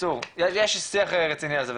יש שיח רציני על זה,